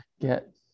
get